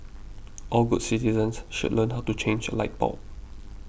all good citizens should learn to how to change a light bulb